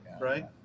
right